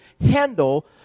handle